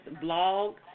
blog